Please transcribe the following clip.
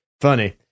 funny